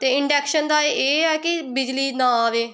ਅਤੇ ਇੰਡੈਕਸ਼ਨ ਦਾ ਇਹ ਆ ਕਿ ਬਿਜਲੀ ਨਾ ਆਵੇ